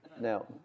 Now